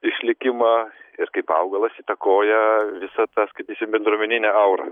išlikimą ir kaip augalas įtakoja visą tą skaitysim bendruomeninę aurą